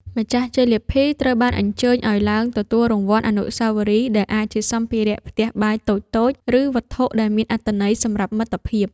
ម្ចាស់ជ័យលាភីត្រូវបានអញ្ជើញឱ្យឡើងទទួលរង្វាន់អនុស្សាវរីយ៍ ដែលអាចជាសម្ភារៈផ្ទះបាយតូចៗ ឬវត្ថុដែលមានអត្ថន័យសម្រាប់មិត្តភាព។